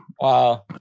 Wow